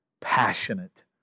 passionate